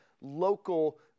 local